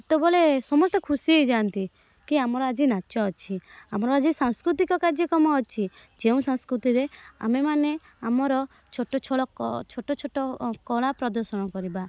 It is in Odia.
ସେତେବେଳେ ସମସ୍ତେ ଖୁସି ହୋଇଯାଆନ୍ତି କି ଆମର ଆଜି ନାଚ ଅଛି ଆମର ଆଜି ସାଂସ୍କୃତିକ କାର୍ଯ୍ୟକ୍ରମ ଅଛି ଯେଉଁ ସଂସ୍କୃତିରେ ଆମେ ମାନେ ଆମର ଛୋଟ ଛଳ କ ଛୋଟ ଛୋଟ କଳା ପ୍ରଦର୍ଶନ କରିବା